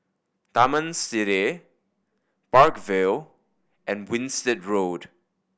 Taman Sireh Park Vale and Winstedt Road